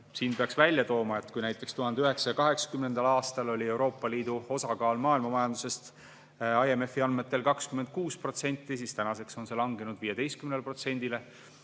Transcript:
peaks välja tooma, et näiteks 1980. aastal oli Euroopa Liidu osakaal maailma majanduses IMF-i andmetel 26%, aga tänaseks on see langenud 15%-le,